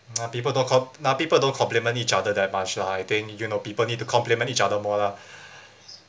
ah people don't com~ ah people don't compliment each other that much lah I think you know people need to compliment each other more lah